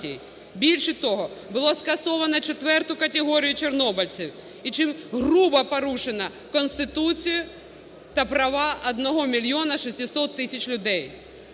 Більше того, було скасовано четверту категорію чорнобильців, і чим грубо порушено Конституцію та права 1 мільйона 600 тисяч людей.